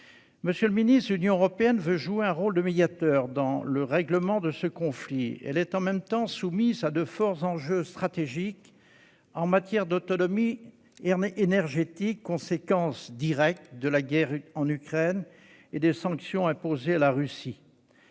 européenne ? L'Union européenne veut jouer un rôle de médiateur dans le règlement de ce conflit. Elle est, en même temps, soumise à de forts enjeux stratégiques en matière d'autonomie énergétique : c'est la conséquence directe de la guerre en Ukraine et des sanctions imposées à la Russie.